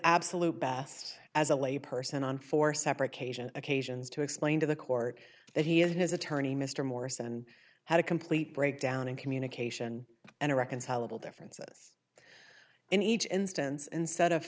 absolute best as a lay person on four separate occasions occasions to explain to the court that he had his attorney mr morris and had a complete breakdown in communication and irreconcilable differences in each instance instead of